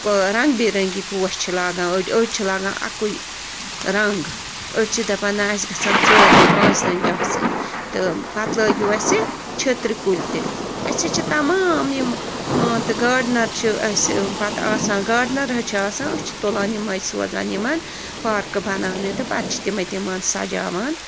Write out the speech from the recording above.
کو رنٛگ بہِ رٔنٛگی پوش چھِ لاگان أڑۍ أڑۍ چھِ لگان اَکُے رنگ أڑۍ چھِ دَپان نَہ اَسہِ گَژھن ژورِ رٔنگۍ پٲنٛژھِ رٔنگۍ آسٕنۍ تہٕ پتہٕ لٲگِو اَسہِ چھٔترِ کُلۍ تہِ أسۍ حظ چھِ تَمام یِمہٕ مان تہٕ گاڈنر چھِ اَسہِ پتہٕ آسان گاڈنر حظ چھِ آسان أسۍ چھِ تُلان یِمَے سوزان یِمن پارکہٕ بَناونہِ تہِ پتہٕ چھِ تِمَے تِمن سَجاوان